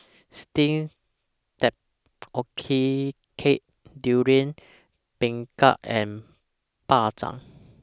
Steamed Tapioca Cake Durian Pengat and Bak Chang